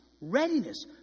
readiness